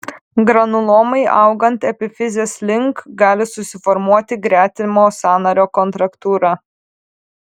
granulomai augant epifizės link gali susiformuoti gretimo sąnario kontraktūra